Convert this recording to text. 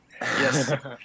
Yes